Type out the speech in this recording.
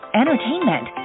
entertainment